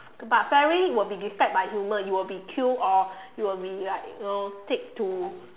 but fairy will be disturbed by human you will be killed or you will be like you know take to